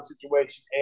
situation